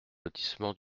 lotissement